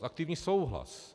Aktivní souhlas.